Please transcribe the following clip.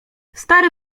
stary